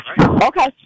Okay